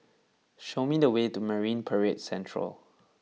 show me the way to Marine Parade Central